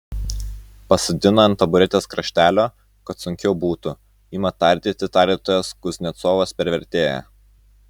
pasodina ant taburetės kraštelio kad sunkiau būtų ima tardyti tardytojas kuznecovas per vertėją